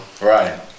Right